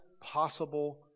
possible